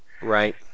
Right